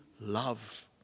love